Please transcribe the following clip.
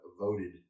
voted